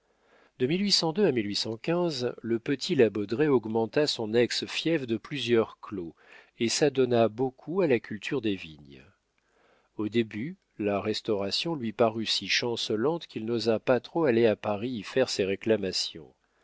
de à le petit la baudraye augmenta son ex fief de plusieurs clos et s'adonna beaucoup à la culture des vignes au début la restauration lui parut si chancelante qu'il n'osa pas trop aller à paris y faire ses réclamations